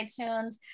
iTunes